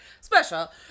special